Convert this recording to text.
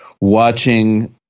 watching